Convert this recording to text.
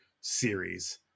series